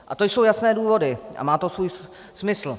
A to jsou jasné důvody a má to svůj smysl.